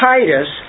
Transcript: Titus